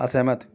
असहमत